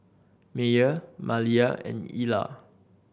Meyer Maliyah and Ilah